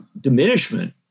diminishment